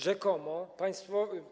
Rzekomo państwo.